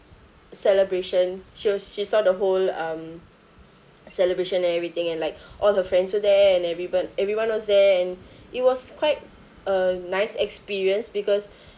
celebration she was she saw the whole um celebration and everything and like all her friends were there and everyone everyone was there and it was quite a nice experience because